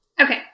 Okay